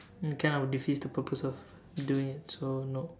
it kind of defeats the purpose of doing it so no